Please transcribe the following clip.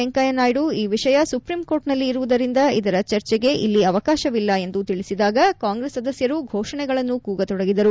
ವೆಂಕಯ್ನಾಯ್ಡು ಈ ವಿಷಯ ಸುಪ್ರೀಂಕೋರ್ಟ್ನಲ್ಲಿ ಇರುವುದರಿಂದ ಇದರ ಚರ್ಚೆಗೆ ಇಲ್ಲಿ ಅವಕಾಶವಿಲ್ಲ ಎಂದು ತಿಳಿಸಿದಾಗ ಕಾಂಗ್ರೆಸ್ ಸದಸ್ಯರು ಫೋಷಣೆಗಳನ್ನು ಕೂಗಿದರು